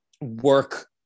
work